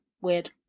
Weird